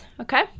okay